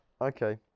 Okay